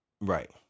Right